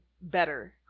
better